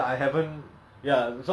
wait so err